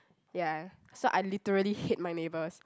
ya so I literally hate my neighbours